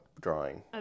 drawing